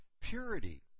purity